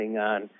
on